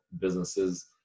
businesses